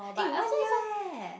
eh one year eh